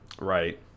Right